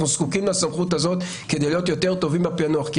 אנחנו זקוקים לסמכות הזאת כדי להיות יותר טובים בפענוח כי,